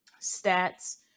stats